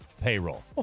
payroll